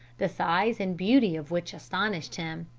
the size and beauty of which astonished him.